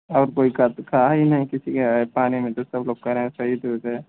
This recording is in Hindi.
और कोई कध कहा ही नहीं किसी के पानी में दूध सब लोग कह रहे हैं सही दूध है